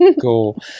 Cool